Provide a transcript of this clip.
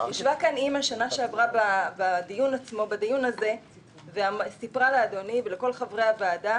ישבה כאן אימא בשנה שעברה בדיון הזה וסיפרה לאדוני ולכל חברי הוועדה